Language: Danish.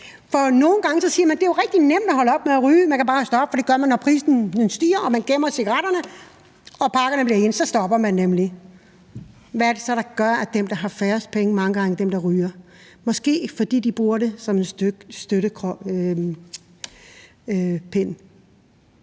nogle gange siger man, at det jo er rigtig nemt at holde op med at ryge: Man kan bare stoppe, og det gør man, når prisen stiger og cigaretterne bliver gemt væk og pakkerne bliver ens. Så stopper man nemlig. Hvad er det så, der gør, at dem, der har færrest penge, mange gange er dem, der ryger? Måske er det, fordi de bruger det som en krykke